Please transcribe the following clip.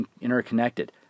interconnected